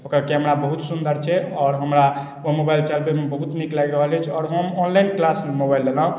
ओकर कैमरा बहुत सुन्दर छै आओर हमरा ओ मोबाइल चलबैमे बहुत नीक लागि रहल अछि आओर हम ऑनलाइन क्लासमे मोबाइल लेलहुँ